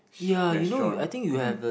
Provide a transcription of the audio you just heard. sh~ restaurant mm